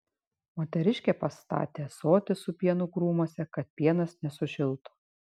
moteriškė pastatė ąsotį su pienu krūmuose kad pienas nesušiltų